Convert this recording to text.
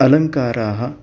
अलङ्काराः